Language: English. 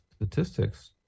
statistics